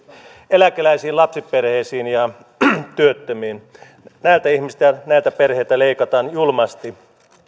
eläkeläisiin lapsiperheisiin ja työttömiin näiltä ihmisiltä ja näiltä perheiltä leikataan julmasti